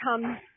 come